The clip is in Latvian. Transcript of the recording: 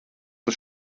tas